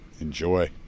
Enjoy